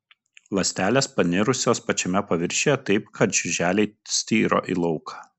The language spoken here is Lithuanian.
ląstelės panirusios pačiame paviršiuje taip kad žiuželiai styro į lauką